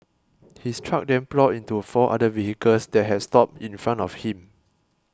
his truck then ploughed into four other vehicles that had stopped in front of him